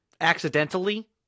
accidentally